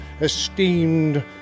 esteemed